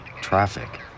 traffic